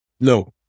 No